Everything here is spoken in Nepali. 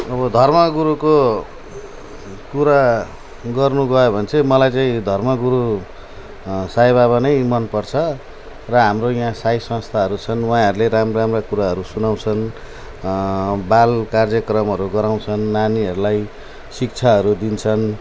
अब धर्म गुरुको कुरा गर्नु गयो भने चाहिँ मलाई धर्म गुरु साई बाबा नै मन पर्छ र हाम्रो यहाँ साई संस्थाहरू छन् उहाँहरूले राम्रा राम्रा कुराहरू सुनाउँछन् बाल कार्यक्रमहरू गराउँछन् नानीहरूलाई शिक्षाहरू दिन्छन्